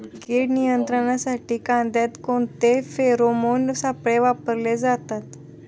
कीड नियंत्रणासाठी कांद्यात कोणते फेरोमोन सापळे वापरले जातात?